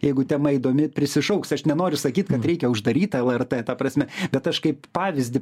jeigu tema įdomi prisišauksi aš nenoriu sakyt kad reikia uždaryt lrt ta prasme bet aš kaip pavyzdį